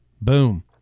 Boom